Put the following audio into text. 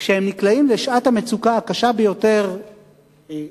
כשהם נקלעים לשעת המצוקה הקשה ביותר בחייהם,